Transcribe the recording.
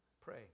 Pray